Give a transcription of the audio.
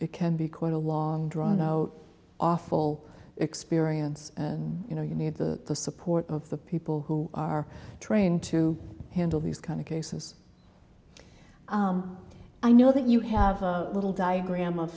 it can be quite a long drawn out awful experience you know you need the support of the people who are trained to handle these kind of cases i know that you have a little diagram of